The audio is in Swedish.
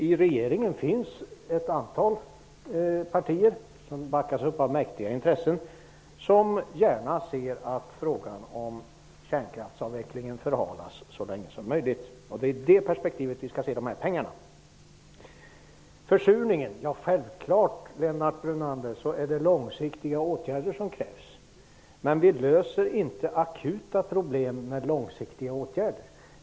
I regeringen finns ett antal partier som backas upp av mäktiga intressen vilka gärna ser att kärnkraftsavvecklingen förhalas så länge som möjligt. Det är i det perspektivet som vi skall se användningen av dessa pengar. Självfallet, Lennart Brunander, krävs det långsiktiga åtgärder mot försurningen, men vi löser inte akuta problem med långsiktiga åtgärder.